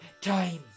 time